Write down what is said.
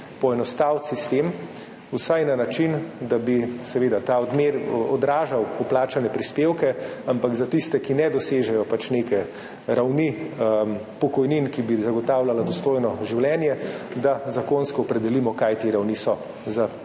poenostaviti sistem vsaj na način, da bi ta seveda odražal vplačane prispevke, ampak da za tiste, ki ne dosežejo neke ravni pokojnin, ki bi zagotavljala dostojno življenje, zakonsko opredelimo, kaj te ravni so, za invalide,